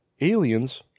Aliens